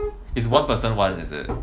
is one person one is it